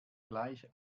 gleich